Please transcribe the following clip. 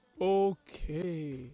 Okay